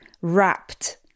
wrapped